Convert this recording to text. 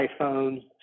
iPhone